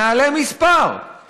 נעלה מספר,